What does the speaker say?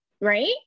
right